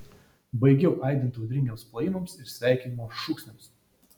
baigiau aidint audringiems plojimams ir sveikinimo šūksniams